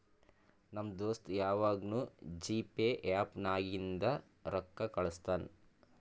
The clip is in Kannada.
ನಮ್ ದೋಸ್ತ ಯವಾಗ್ನೂ ಜಿಪೇ ಆ್ಯಪ್ ನಾಗಿಂದೆ ರೊಕ್ಕಾ ಕಳುಸ್ತಾನ್